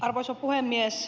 arvoisa puhemies